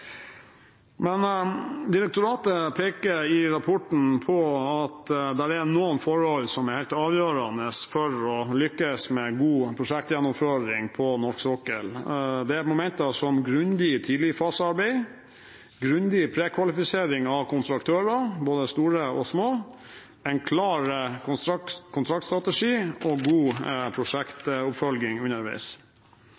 Direktoratet peker i rapporten på at det er noen forhold som er helt avgjørende for å lykkes med god prosjektgjennomføring på norsk sokkel. Det er momenter som et grundig tidligfasearbeid, en grundig prekvalifisering av kontraktører, både store og små, en klar kontraktstrategi og god prosjektoppfølging underveis.